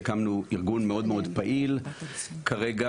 והקמנו ארגון מאוד מאוד פעיל כרגע.